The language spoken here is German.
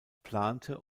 plante